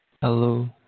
Hello